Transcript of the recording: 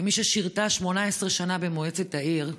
כמי ששירתה 18 שנה במועצת העיר,